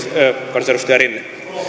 kansanedustaja rinne